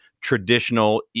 traditional